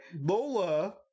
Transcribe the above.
Lola